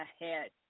ahead